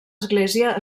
església